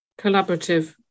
collaborative